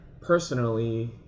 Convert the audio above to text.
personally